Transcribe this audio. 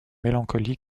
mélancolie